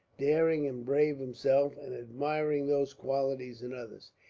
daring and brave himself, and admiring those qualities in others.